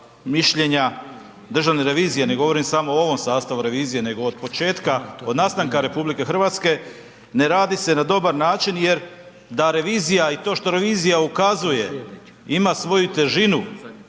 mišljenja Državne revizije, ne govorim samo u ovom sastavu revizije nego od početka, od nastanka RH, ne radi se na dobar način jer da revizija i to što revizija ukazuje ima svoju težinu,